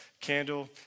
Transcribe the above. candle